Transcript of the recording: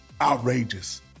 outrageous